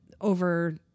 over